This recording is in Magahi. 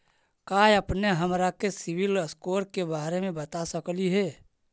का अपने हमरा के सिबिल स्कोर के बारे मे बता सकली हे?